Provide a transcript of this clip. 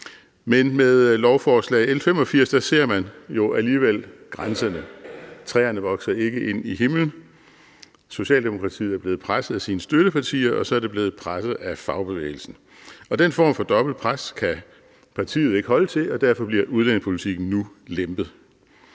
Men med lovforslag L 85 ser man jo alligevel, at der er grænser – træerne vokser ikke ind i himlen. Socialdemokratiet er blevet presset af sine støttepartier og af fagbevægelsen, og den form for dobbelt pres kan partiet ikke holde til, og derfor bliver udlændingepolitikken nu lempet.